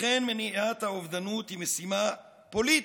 לכן, מניעת האובדנות היא משימה פוליטית,